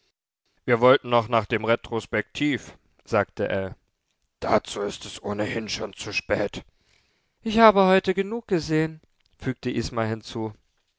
wir wollten noch nach dem retrospektiv sagte ell dazu ist es ohnehin schon zu spät ich habe heute genug gesehen fügte isma hinzu